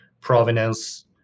provenance